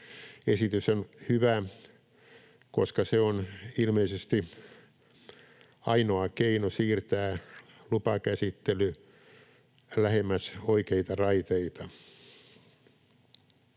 Esitys on hyvä, koska se on ilmeisesti ainoa keino siirtää lupakäsittely lähemmäs oikeita raiteita.